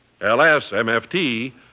L-S-M-F-T